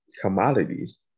commodities